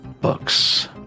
books